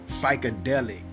psychedelic